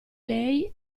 lei